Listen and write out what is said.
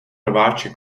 rváče